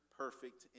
perfect